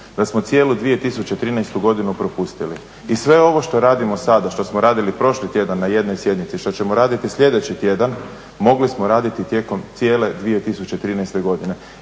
da smo cijelu 2013. godinu propustili i sve ovo što radimo sada, što smo radili prošli tjedan na jednoj sjednici, što ćemo raditi sljedeći tjedan mogli smo raditi tijekom cijele 2013. godine,